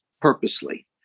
purposely